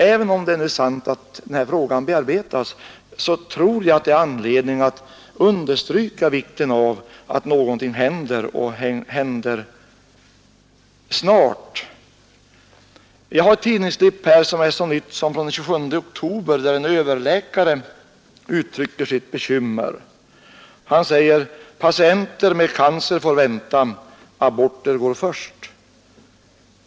Även om det är sant att denna fråga bearbetas så tror jag att det är anledning att understryka vikten av att någonting händer och händer snart. Jag har ett tidningsklipp här, som är så nytt som från den 27 oktober, där en överläkare uttrycker sitt bekymmer. Han säger: ”Patienter med cancer får vänta. Aborter går först.